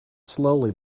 slowly